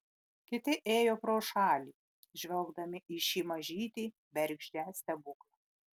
kiti ėjo pro šalį žvelgdami į šį mažytį bergždžią stebuklą